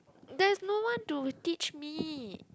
there's no one to teach me